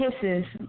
Kisses